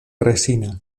resina